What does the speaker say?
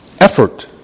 effort